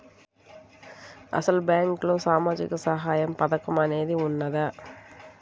అసలు బ్యాంక్లో సామాజిక సహాయం పథకం అనేది వున్నదా?